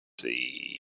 see